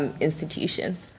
institutions